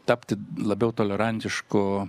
tapti labiau tolerantišku